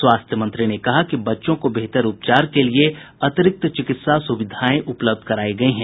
स्वास्थ्य मंत्री ने कहा कि बच्चों के बेहतर उपचार के लिए अतिरिक्त चिकित्सा सुविधाएं उपलब्ध कराई गई हैं